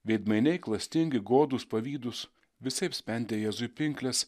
veidmainiai klastingi godūs pavydūs visaip spendė jėzui pinkles